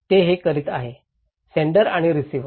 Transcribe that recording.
ते हे करीत आहेत सेण्डर आणि रिसिव्हर